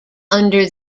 under